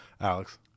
Alex